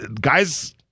guys